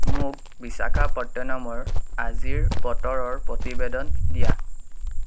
মোক বিশাখাপট্টনমৰ আজিৰ বতৰৰ প্ৰতিবেদন দিয়া